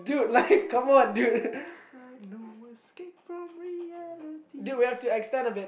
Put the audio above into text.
caught in the last light no escape from reality